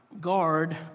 Guard